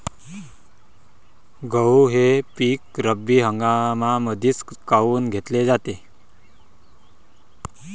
गहू हे पिक रब्बी हंगामामंदीच काऊन घेतले जाते?